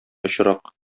очрак